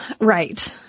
Right